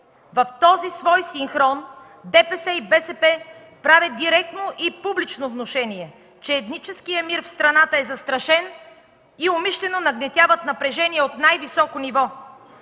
В този свой синхрон ДПС и БСП правят директно и публично внушение, че етническият мир в страната е застрашен и умишлено нагнетяват напрежение от най-високо ниво.